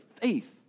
faith